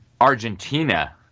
Argentina